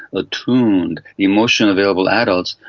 attuned, emotionally available adults,